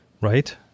right